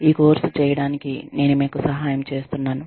ఈ కోర్సు చేయడానికి నేను మీకు సహాయం చేస్తున్నాను